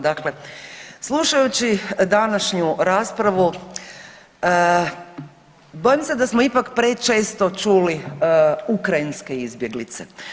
Dakle, slušajući današnju raspravu bojim se da smo ipak prečesto čuli ukrajinske izbjeglice.